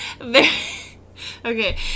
Okay